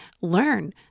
learn